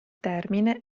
termine